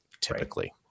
typically